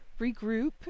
regroup